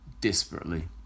desperately